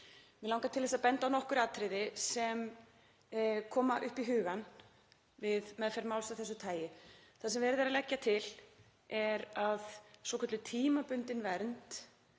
Mig langar til að benda á nokkur atriði sem koma upp í hugann við meðferð máls af þessu tagi. Það sem verið er að leggja til er að svokölluð tímabundin vernd